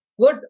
good